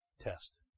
test